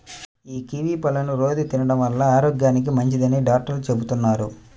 యీ కివీ పళ్ళని రోజూ తినడం వల్ల ఆరోగ్యానికి మంచిదని డాక్టర్లు చెబుతున్నారు